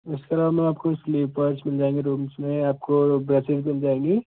इसके अलावा मैम आपको स्लीपर्स मिल जाएंगे रूम्स में आपको ब्रसेस मिल जाएंगे